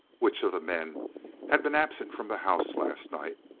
which of the men had been absent from the house last night?